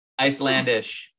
Icelandish